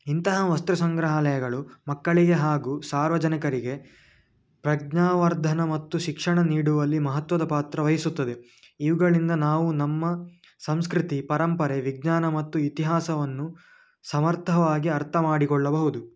ಇಂತಹ ವಸ್ತು ಸಂಗ್ರಹಾಲಯಗಳು ಮಕ್ಕಳಿಗೆ ಹಾಗೂ ಸಾರ್ವಜನಕರಿಗೆ ಪ್ರಜ್ಞಾವರ್ಧನ ಮತ್ತು ಶಿಕ್ಷಣ ನೀಡುವಲ್ಲಿ ಮಹತ್ವದ ಪಾತ್ರ ವಹಿಸುತ್ತದೆ ಇವುಗಳಿಂದ ನಾವು ನಮ್ಮ ಸಂಸ್ಕೃತಿ ಪರಂಪರೆ ವಿಜ್ಞಾನ ಮತ್ತು ಇತಿಹಾಸವನ್ನು ಸಮರ್ಥವಾಗಿ ಅರ್ಥ ಮಾಡಿಕೊಳ್ಳಬಹುದು